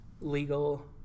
legal